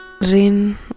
rain